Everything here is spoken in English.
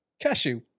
cashew